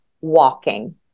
walking